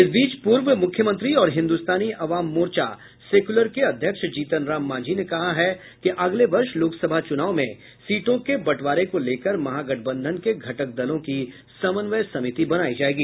इस बीच पूर्व मुख्यमंत्री और हिन्दुस्तानी अवाम मोर्चा सेक्युलर के अध्यक्ष जीतन राम मांझी ने कहा है कि अगले वर्ष लोकसभा चुनाव में सीटों के बंटवारे को लेकर महागठबंधन के घटक दलों की समन्वय समिति बनायी जायेगी